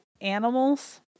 animals